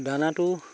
দানাটো